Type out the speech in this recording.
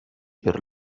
per